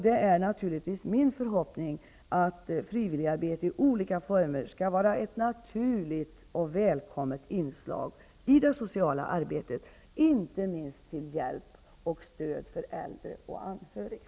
Det är naturligtvis min förhoppning att frivilligarbete i olika former skall vara ett naturligt och välkommet inslag i det sociala arbetet, inte minst till hjälp och stöd för äldre och anhöriga.